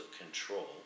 control